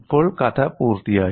ഇപ്പോൾ കഥ പൂർത്തിയായി